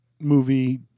movie